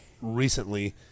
recently